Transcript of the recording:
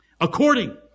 According